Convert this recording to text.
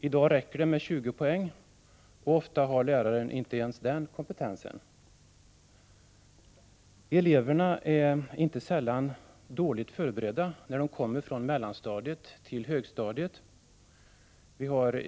I dag räcker det med 20 poäng, och ofta har läraren inte ens den kompetensen. Eleverna är inte sällan dåligt förberedda när de kommer från mellanstadiet till högstadiet.